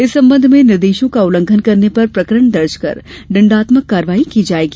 इस संबंध में निर्देशों का उल्लंघन करने पर प्रकरण दर्ज कर दंडात्मक कार्यवाही भी की जायेगी